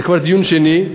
זה כבר דיון שני.